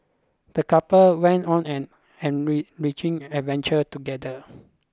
the couple went on an an riching adventure together